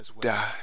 die